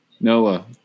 Noah